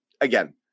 again